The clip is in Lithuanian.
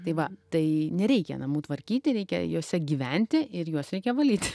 tai va tai nereikia namų tvarkyti reikia juose gyventi ir juos reikia valyti